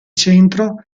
centro